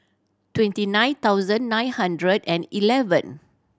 twenty nine thousand nine hundred and eleven